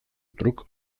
truk